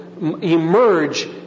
emerge